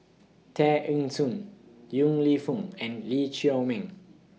Tear Ee Soon Yong Lew Foong and Lee Chiaw Meng